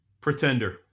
Pretender